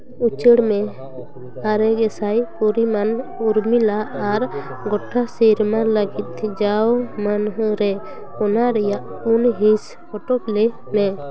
ᱩᱪᱟᱹᱲ ᱢᱮ ᱟᱨᱮ ᱜᱮᱥᱟᱭ ᱯᱚᱨᱤᱢᱟᱱ ᱩᱨᱢᱤᱞᱟ ᱟᱨ ᱜᱳᱴᱟ ᱥᱮᱨᱢᱟ ᱞᱟᱹᱜᱤᱫ ᱡᱟᱣ ᱢᱟᱹᱱᱦᱟᱹ ᱨᱮ ᱚᱱᱟ ᱨᱮᱭᱟᱜ ᱯᱩᱱ ᱦᱤᱸᱥ ᱯᱩᱴᱩᱠ ᱞᱟᱹᱭ ᱢᱮ